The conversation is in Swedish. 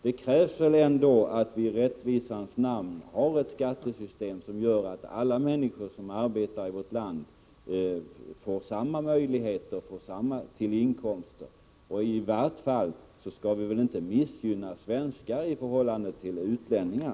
Det krävs väl ändå i rättvisans namn att vi har ett skattesystem som gör att alla människor som arbetar i vårt land får samma möjligheter till inkomster. I vart fall skall vi väl inte missgynna svenskar i förhållande till utlänningar.